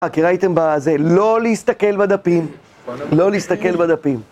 אה כי ראיתם בזה, לא להסתכל בדפים, לא להסתכל בדפים.